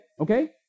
Okay